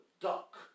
duck